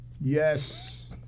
yes